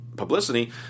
publicity